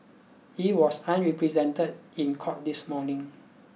he was unrepresented in court this morning